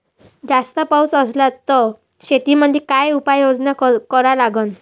जास्त पाऊस असला त शेतीमंदी काय उपाययोजना करा लागन?